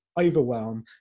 overwhelm